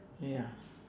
ya